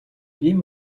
ийм